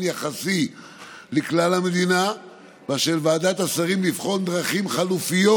יחסי לכלל המדינה ושעל ועדת השרים לבחון דרכים חלופיות